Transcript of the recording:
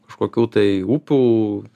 kažkokių tai upių